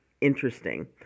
interesting